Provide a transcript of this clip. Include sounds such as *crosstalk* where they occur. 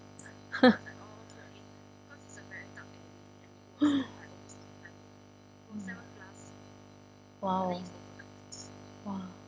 *laughs* !huh! !wow! !wah!